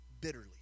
bitterly